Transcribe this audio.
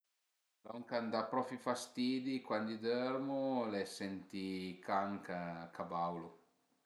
Lon ch'an da propi fastidi cuandi i dörmu al a senti i can ch'a baulu